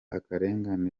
akarengane